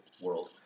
world